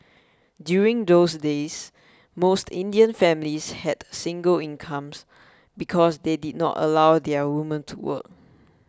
during those days most Indian families had single incomes because they did not allow their woman to work